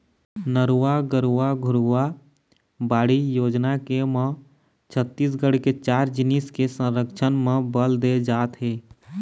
नरूवा, गरूवा, घुरूवा, बाड़ी योजना के म छत्तीसगढ़ के चार जिनिस के संरक्छन म बल दे जात हे